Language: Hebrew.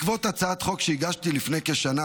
הצעת חוק שהגשתי לפני כשנה,